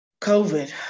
COVID